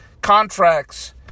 contracts